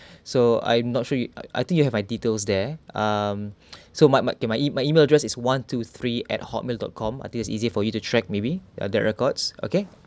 so I'm not sure you I think you have my details there um so my my okay my my email address is one two three at hotmail dot com I think it's easier for you to track maybe ah the records okay